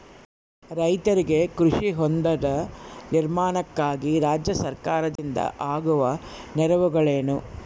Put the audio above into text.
ರೈತರಿಗೆ ಕೃಷಿ ಹೊಂಡದ ನಿರ್ಮಾಣಕ್ಕಾಗಿ ರಾಜ್ಯ ಸರ್ಕಾರದಿಂದ ಆಗುವ ನೆರವುಗಳೇನು?